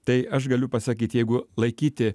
tai aš galiu pasakyt jeigu laikyti